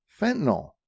fentanyl